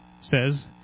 says